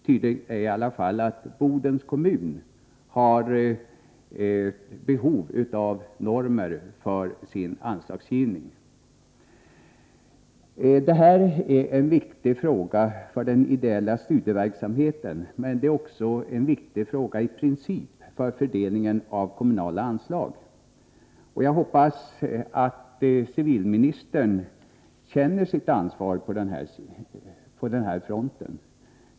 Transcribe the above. Tydligt är i alla fall att Bodens kommun har behov av normer för sin anslagsgivning. Det här är en viktig fråga för den ideella studieverksamheten, men det är också en viktig fråga i princip för fördelningen av kommunala anslag. Jag hoppas att civilministern känner sitt ansvar på den här fronten.